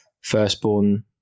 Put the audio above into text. firstborn